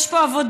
יש פה עבודה,